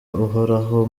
uhoraho